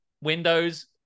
windows